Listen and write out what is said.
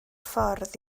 ffordd